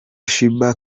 sheebah